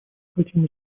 хотим